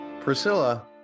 Priscilla